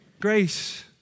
Grace